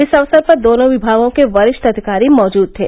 इस अवसर पर दोनों विभागों के वरिष्ठ अधिकारी मौजूद थे